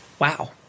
Wow